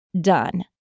done